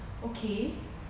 okay